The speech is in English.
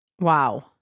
Wow